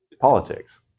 politics